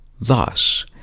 thus